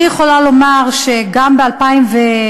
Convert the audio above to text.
אני יכולה לומר שגם ב-2006,